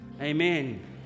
amen